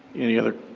any other